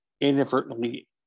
inadvertently